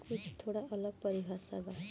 कुछ थोड़ा अलग परिभाषा बा